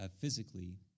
physically